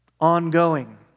Ongoing